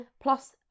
plus